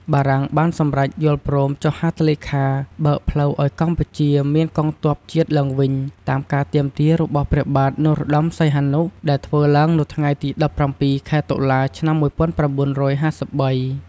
បារាំងបានសំរេចយល់ព្រមចុះហត្ថលេខាបើកផ្លូវឱ្យកម្ពុជាមានកងទ័ពជាតិឡើងវិញ តាមការទាមទារ របស់ព្រះបាទ នរោត្តមសីហនុ ដែលធ្វើឡើងនៅថ្ងៃទី១៧ ខែតុលា ឆ្នាំ ១៩៥៣។